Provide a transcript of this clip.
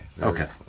Okay